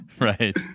Right